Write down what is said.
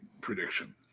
prediction